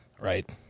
right